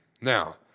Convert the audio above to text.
Now